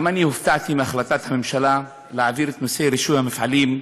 גם אני הופתעתי מהחלטת הממשלה להעביר את נושא רישוי המפעלים,